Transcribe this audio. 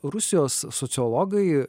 rusijos sociologai